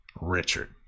Richard